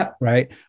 Right